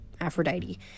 Aphrodite